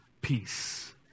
peace